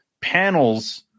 panels